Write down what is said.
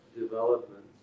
development